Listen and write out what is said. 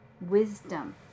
wisdom